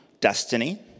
destiny